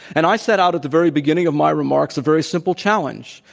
and i set out at the very beginning of my remarks a very simple challenge.